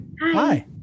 Hi